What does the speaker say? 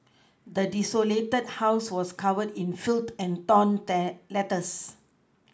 the desolated house was covered in filth and torn letters